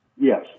Yes